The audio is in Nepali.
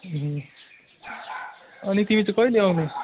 अनि तिमी चाहिँ कहिले आउने